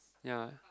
ya